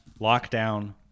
lockdown